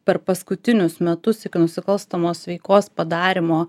per paskutinius metus iki nusikalstamos veikos padarymo